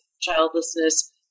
childlessness